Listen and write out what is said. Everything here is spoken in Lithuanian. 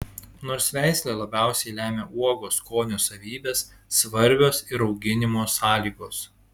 nors veislė labiausiai lemia uogos skonio savybes svarbios ir auginimo sąlygos